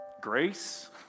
grace